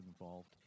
involved